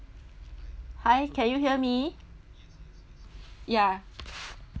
hi can you hear me ya